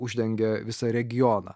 uždengia visą regioną